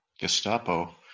Gestapo